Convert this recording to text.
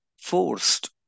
forced